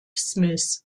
smith